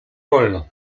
wolno